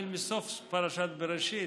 מסוף פרשת בראשית,